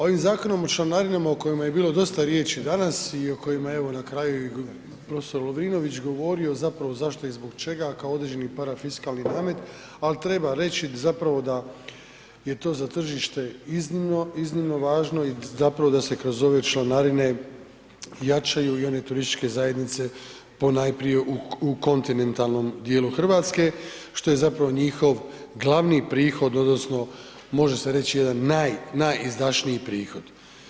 Ovim Zakonom o članarinama o kojima je bilo dosta riječi danas i o kojima je evo na kraju i prof. Lovrinović govorio, zapravo zašto i zbog čega kao određeni parafiskalni namet, al treba reći zapravo da je to za tržište iznimno, iznimno važno i zapravo da se kroz ove članarine jačaju i one turističke zajednice ponajprije u kontinentalnom dijelu RH, što je zapravo njihov glavni prihod odnosno može se reći jedan naj, najizdašniji prihod.